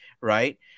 Right